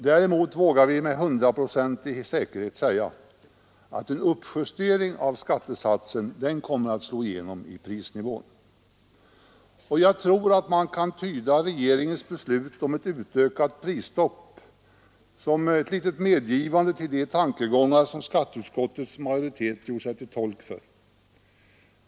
Däremot vågar vi med hundraprocentig säkerhet säga att en uppjustering av skattesatsen kommer att slå igenom på prisnivån. Jag tror att man kan tyda regeringens beslut om ett utökat prisstopp som ett litet medgivande till de tankegångar som skatteutskottets majoritet gjort sig till tolk för.